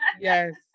Yes